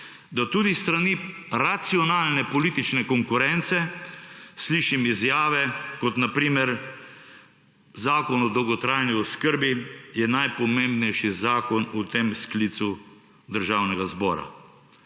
da tudi s strani racionalne politične konkurence slišim izjave, kot na primer, zakon o dolgotrajni oskrbi je najpomembnejši zakon v tem sklicu Državnega zbora.